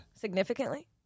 Significantly